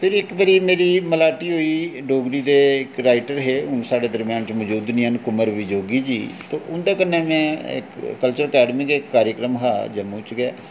ते इक्क बारी मेरी मलाटी होई डोगरी दे इक राइटर हे हून साढ़े दरम्यान मजूद निं हैन कुंवर वियोगी जी ते उं'दे कन्नै में कल्चरल अकैड़मी दा इक प्रोग्राम हा जम्मू च गै